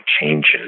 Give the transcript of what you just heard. changes